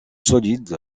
solide